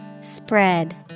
Spread